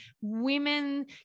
women